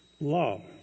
love